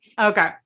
Okay